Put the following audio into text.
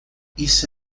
isso